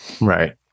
Right